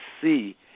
see